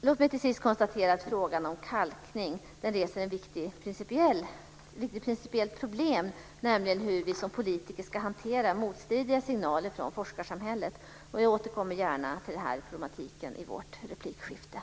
Låt mig till sist konstatera att frågan om kalkning reser ett viktigt principiellt problem, nämligen hur vi som politiker ska hantera motstridiga signaler från forskarsamhället. Jag återkommer gärna till den problematiken i våra debattinlägg här.